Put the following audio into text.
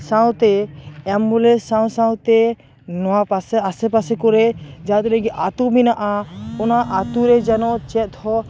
ᱥᱟᱶᱛᱮ ᱮᱢᱵᱩᱞᱮᱱᱥ ᱥᱟᱶ ᱥᱟᱶᱛᱮ ᱱᱚᱣᱟ ᱯᱟᱥᱮ ᱟᱥᱮᱯᱟᱥᱮ ᱠᱚᱨᱮ ᱡᱟᱦᱟᱸ ᱛᱤᱱᱟᱹᱜ ᱜᱮ ᱟ ᱛᱩ ᱢᱮᱱᱟᱜᱼᱟ ᱚᱱᱟ ᱟ ᱛᱩ ᱨᱮ ᱡᱮᱱᱚ ᱪᱮᱫ ᱦᱚᱸ